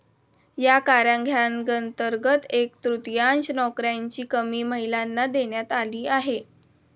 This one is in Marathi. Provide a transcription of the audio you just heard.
या कायद्यांतर्गत एक तृतीयांश नोकऱ्यांची हमी महिलांना देण्यात आली आहे